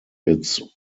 its